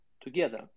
together